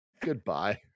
Goodbye